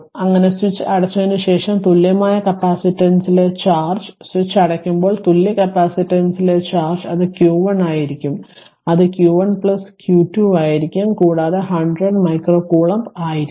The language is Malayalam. അങ്ങനെ സ്വിച്ച് അടച്ചതിനുശേഷം തുല്യമായ കപ്പാസിറ്റൻസിലെ ചാർജ് സ്വിച്ച് അടയ്ക്കുമ്പോൾ തുല്യ കപ്പാസിറ്റൻസിലെ ചാർജ് അത് q 1 ആയിരിക്കും അത് q 1 q 2 ആയിരിക്കും കൂടാതെ 100 മൈക്രോ കൂലോംബ് ആയിരിക്കും